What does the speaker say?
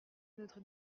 notre